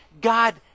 God